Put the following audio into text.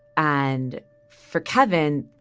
and for kevin,